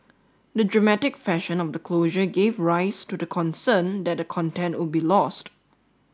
the dramatic fashion of the closure gave rise to the concern that the content would be lost